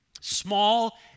Small